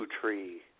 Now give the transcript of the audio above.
tree